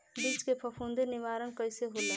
बीज के फफूंदी निवारण कईसे होला?